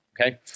okay